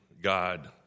God